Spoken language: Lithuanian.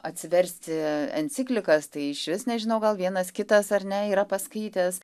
atsiversti enciklikas tai išvis nežinau gal vienas kitas ar ne yra paskaitęs